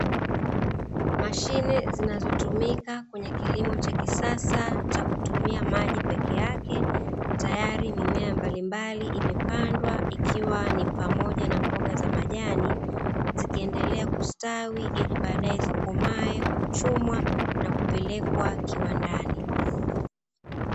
Mashine zinazotumika kwenye kilimo cha kisasa cha kutumia maji peke yake tayari mimea mbalimbali imepandwa ikiwa ni pamoja na mboga za majani zikiendelea kustawi ili baadae zikomae, kuchumwa na kupelekwa kiwandani.